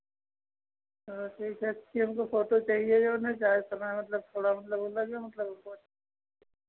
हाँ ठीक है अच्छी हमको फोटो चहिए जौन है चाहे जितना मतलब थोड़ा मतलब वो लगे मतलब